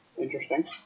Interesting